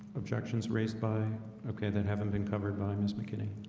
objections raised by okay, then haven't been covered by miss mckinney.